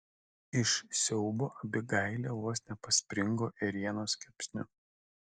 iš siaubo abigailė vos nepaspringo ėrienos kepsniu